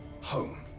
Home